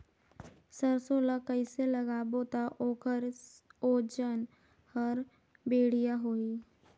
सरसो ला कइसे लगाबो ता ओकर ओजन हर बेडिया होही?